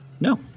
No